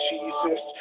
Jesus